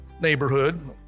neighborhood